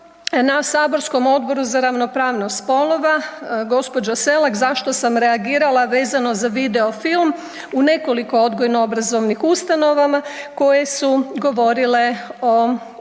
na saborskom Odboru za ravnopravnost spolova gđa. Selak zašto sam reagirala vezano za video film u nekoliko odgojno obrazovnih ustanovama koje su govorile o prekidu